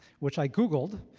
which i googled,